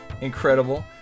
incredible